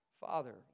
Father